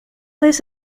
this